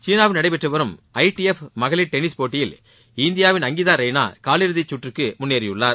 சீனாவில் நடைபெற்று வரும் ஐ டி எஃப் மகளிர் டென்னிஸ் போட்டியில் இந்தியாவின் அங்கிதா ரெய்னா காலிறுதி சுற்றுக்கு முன்னேறியுள்ளார்